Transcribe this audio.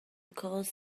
cause